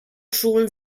schulen